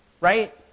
right